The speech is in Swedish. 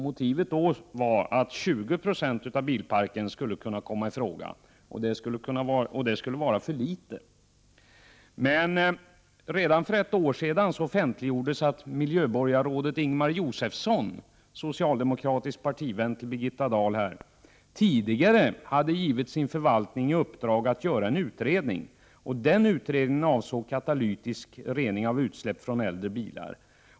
Motivet då var att 20 96 av bilparken skulle kunna komma i fråga och att detta var för litet. Redan för ett år sedan offentliggjordes emellertid att miljöborgarrådet Ingemar Josefsson, socialdemokratisk partivän till Birgitta Dahl, tidigare hade gett sin förvaltning i uppdrag att göra en utredning som avsåg katalytisk rening av utsläpp från äldre bilar.